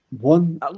One